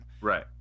Right